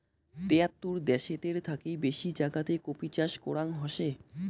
তিয়াত্তর দ্যাশেতের থাকি বেশি জাগাতে কফি চাষ করাঙ হসে